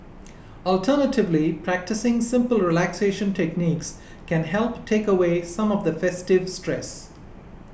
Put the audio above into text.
alternatively practising simple relaxation techniques can help take away some of the festive stress